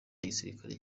gisirikare